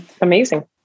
amazing